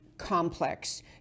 complex